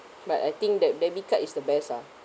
but I think that debit card is the best ah